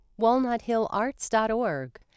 walnuthillarts.org